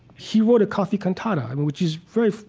he wrote a coffee cantata, which is very,